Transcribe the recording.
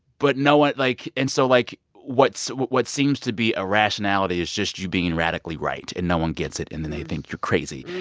but no one, like and so like, what seems to be irrationality is just you being radically right. and no one gets it, and then they think you're crazy.